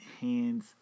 hands